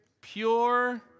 pure